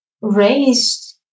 raised